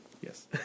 Yes